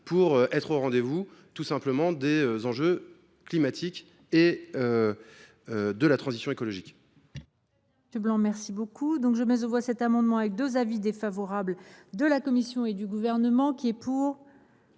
pour être au rendez vous des enjeux climatiques et de la transition écologique.